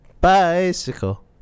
Bicycle